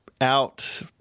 out